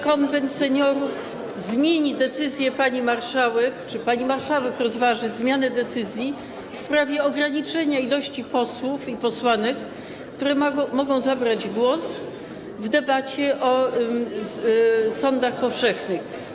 Konwent Seniorów zmieni decyzję pani marszałek - czy też pani marszałek rozważy zmianę swojej decyzji - w sprawie ograniczenia ilości posłów i posłanek, którzy mogą zabrać głos w debacie o sądach powszechnych.